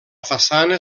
façana